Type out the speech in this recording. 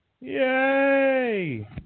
Yay